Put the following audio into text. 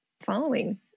following